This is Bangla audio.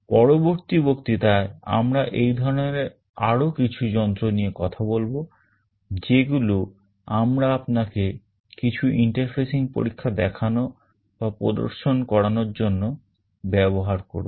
পরবর্তী বক্তৃতায় আমরা এই ধরনের আরও কিছু যন্ত্র নিয়ে কথা বলব যেগুলো আমরা আপনাকে কিছু interfacing পরীক্ষা দেখানো বা প্রদর্শন করানোর জন্য ব্যবহার করব